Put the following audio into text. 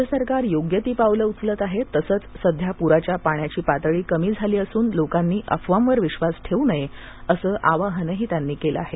राज्य सरकार योग्य ती पावलं उचलत आहे तसंच सध्या पुराच्या पाण्याची पातळी कमी झाली असून लोकांनी अफवांवर विश्वास ठेवू नये असं आवाहनही त्यांनी केलं आहे